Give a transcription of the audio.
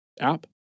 app